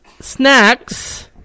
snacks